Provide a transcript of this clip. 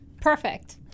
Perfect